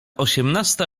osiemnasta